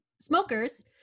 smokers